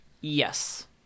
Yes